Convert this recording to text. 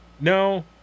No